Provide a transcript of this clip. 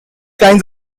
kinds